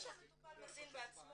לפני שהמטופל מזין בעצמו,